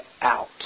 out